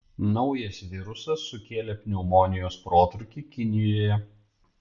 naujas virusas sukėlė pneumonijos protrūkį kinijoje